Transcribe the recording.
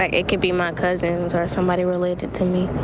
ah it could be my cousins are somebody related to need.